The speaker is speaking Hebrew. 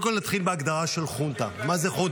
קודם כול נתחיל בהגדרה של חונטה.